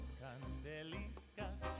candelicas